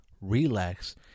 relax